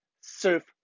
surf